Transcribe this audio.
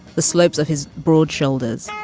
the slopes of his broad shoulders.